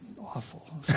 awful